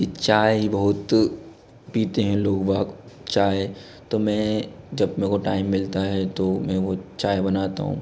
कि चाय बहुत पीते हैं लोग बाग़ चाय तो मैं जब मे को टाइम मिलता है तो मैं वो चाय बनाता हूँ